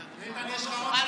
יש לך עוד